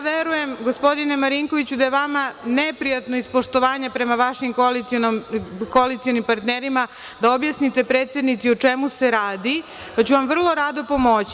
Verujem, gospodine Marinkoviću, da je vama neprijatno iz poštovanja prema vašim koalicionim partnerima, da objasnite predsednici o čemu se radu, da ću vam vrlo rado pomoći.